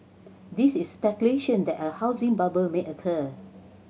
this is speculation that a housing bubble may occur